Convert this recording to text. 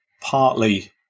partly